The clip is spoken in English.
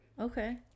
okay